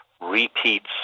repeats